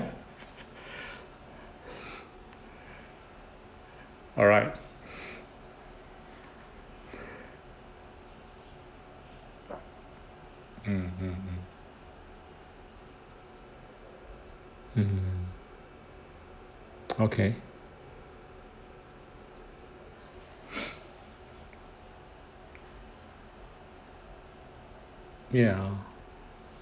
alright mm mm mm mm okay ya